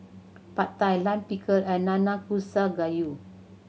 Pad Thai Lime Pickle and Nanakusa Gayu